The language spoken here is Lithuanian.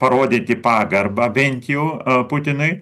parodyti pagarbą bent jau putinui